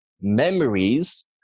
memories